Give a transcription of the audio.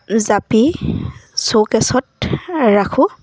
জাপি চৌকেছত ৰাখোঁ